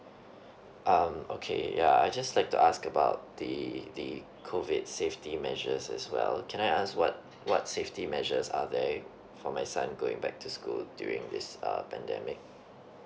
um okay ya I just like to ask about the the COVID safety measures as well can I ask what what safety measures are there for my son going back to school during this uh pandemic